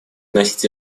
вносить